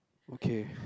okay